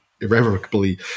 irrevocably